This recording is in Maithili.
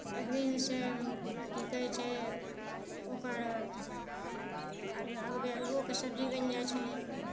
एक दिन से की कहै छै ओकर अगबे आलूओके सब्जी बनि जाइ छलै